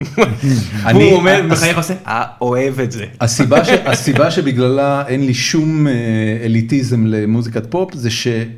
אני אוהב את זה. הסיבה שהסיבה שבגללה אין לי שום אליטיזם למוזיקת פופ זה ש...